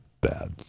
bad